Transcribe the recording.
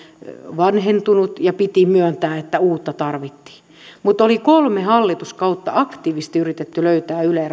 vanhentunut ja piti myöntää että uutta tarvittiin mutta oli kolme hallituskautta aktiivisesti yritetty löytää yle